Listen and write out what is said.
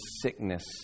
sickness